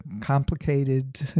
complicated